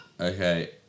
okay